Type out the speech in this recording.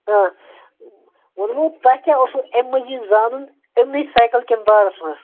آ ووٚنمو تۄہہِ کیٛاہ اوسوٕ اَمہِ مٔزیٖد زانُن أمنٕے سایکل کٮ۪ن بارَس منٛز